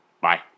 Bye